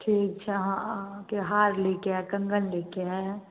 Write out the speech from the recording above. ठीक छै आहाँ आहाँकेँ हार लैके ह इ कङ्गन लैके हइ